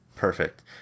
Perfect